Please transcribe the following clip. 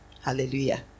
Hallelujah